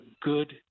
good